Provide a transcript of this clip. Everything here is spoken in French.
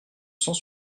cent